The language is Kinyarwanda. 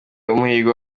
umuhigo